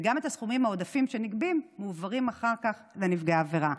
וגם הסכומים העודפים שנגבים מועברים אחר כך לנפגעי העבירה.